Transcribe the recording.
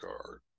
card